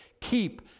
Keep